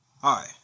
Hi